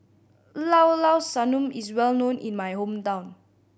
Llao Llao Sanum is well known in my hometown